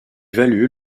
valut